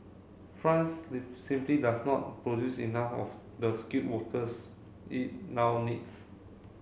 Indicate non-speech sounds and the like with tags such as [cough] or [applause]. France [unintelligible] simply does not produce enough of [unintelligible] the skilled workers it now needs